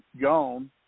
gone